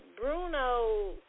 Bruno